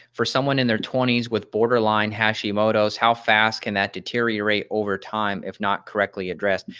for someone in their twenty s with borderline hashimoto's, how fast can that deteriorate over time if not correctly addressed.